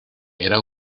era